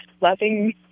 loving